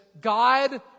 God